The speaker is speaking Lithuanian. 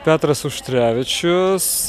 petras auštrevičius